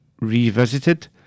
revisited